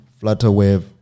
Flutterwave